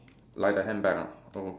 like the handbag ah oh